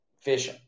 fish